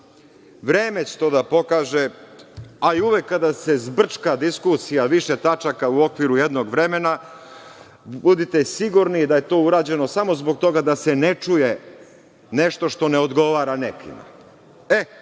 Vreme će to da pokaže, a i uvek kada se zbrčka diskusija, više tačaka u okviru jednog vremena, budite sigurni da je to urađeno samo zbog toga da se ne čuje nešto što ne odgovara nekima. Kada